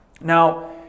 Now